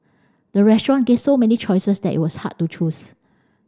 the restaurant gave so many choices that it was hard to choose